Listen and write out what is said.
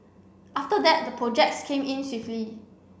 after that the projects came in swiftly